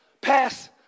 pass